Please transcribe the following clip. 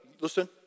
Listen